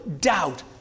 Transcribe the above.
doubt